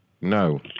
No